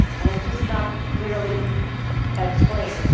and it's just not clearly explained.